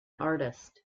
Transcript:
artist